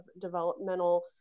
developmental